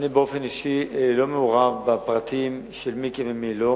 באופן אישי אני לא מעורב בפרטים של מי כן ומי לא.